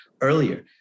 earlier